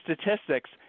statistics